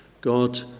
God